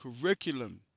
curriculum